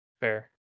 Fair